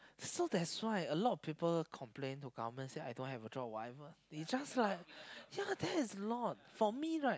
so that why a lot people complain to government say I don't have a job whatever it's just like ya that is a lot for me